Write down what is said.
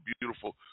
beautiful